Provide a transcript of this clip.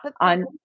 on